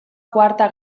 quarta